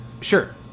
Sure